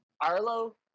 Arlo